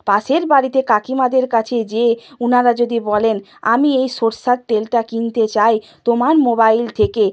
পাশের বাড়িতে কাকিমাদের কাছে যেয়ে উনারা যদি বলেন আমি এই সরষের তেলটা কিনতে চাই তোমার মোবাইল থেকে